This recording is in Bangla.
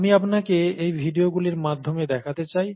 আমি আপনাকে এই ভিডিওগুলির মাধ্যমে দেখতে চাই